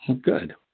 Good